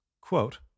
Quote